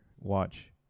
watch